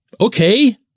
Okay